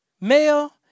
male